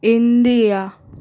India